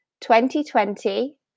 2020